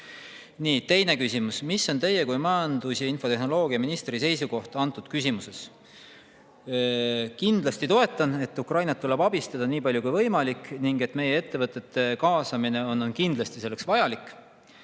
tasemel. Teine küsimus: "Mis on Teie kui majandus‑ ja infotehnoloogiaministri seisukoht antud küsimuses?" Kindlasti toetan, Ukrainat tuleb abistada nii palju kui võimalik ning meie ettevõtete kaasamine on kindlasti selleks vajalik.